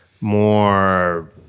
more